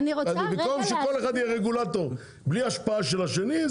במקום שכל אחד יהיה רגולטור בלי השפעה על השני,